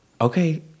Okay